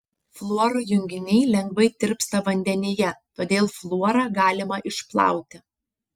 fluoro junginiai lengvai tirpsta vandenyje todėl fluorą galima išplauti